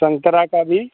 संतरा का भी